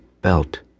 belt